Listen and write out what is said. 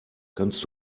kannst